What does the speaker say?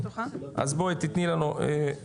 אז בואי, תני לנו, תמר,